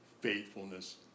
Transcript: faithfulness